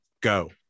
Go